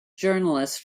journalist